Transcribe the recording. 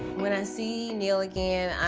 when i see neal again,